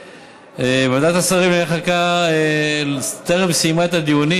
ועדת השרים לענייני חקיקה טרם סיימה את הדיונים,